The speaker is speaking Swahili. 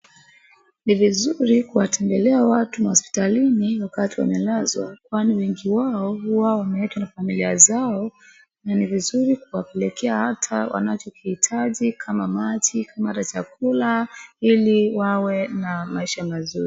Ni vizuri kuwatembelea watu mahospitalini wakati wamelazwa kwani wengi wao huwa wameachwa na familia zao na ni vizuri kuwapelekea ata wanachokihitaji kama maji, kama ata chakula ili wawe na maisha mazuri.